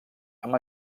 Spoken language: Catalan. amb